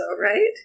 right